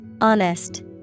Honest